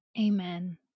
Amen